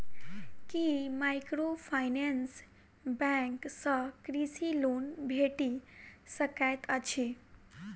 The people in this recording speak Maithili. की माइक्रोफाइनेंस बैंक सँ कृषि लोन भेटि सकैत अछि?